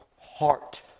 heart